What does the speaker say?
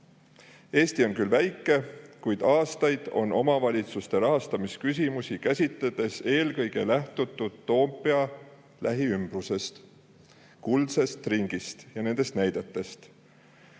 on küll väike, kuid aastaid on omavalitsuste rahastamise küsimusi käsitledes eelkõige lähtutud Toompea lähiümbrusest – kuldsest ringist ja nendest näidetest